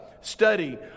study